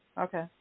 okay